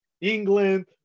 England